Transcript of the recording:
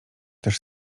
też